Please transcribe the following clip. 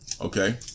Okay